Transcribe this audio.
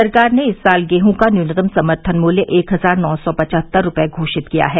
सरकार ने इस साल गेहूं का न्यूनतम समर्थन मूल्य एक हजार नौ सौ पचहत्तर रूपए घोषित किया है